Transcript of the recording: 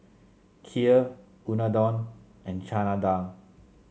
Kheer Unadon and Chana Dal